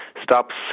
stops